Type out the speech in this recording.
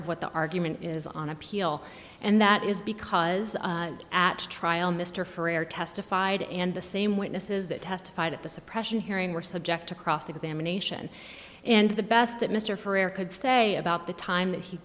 of what the argument is on appeal and that is because at trial mr freear testified and the same witnesses that testified at the suppression hearing were subject to cross examination and the best that mr ferreyra could say about the time that he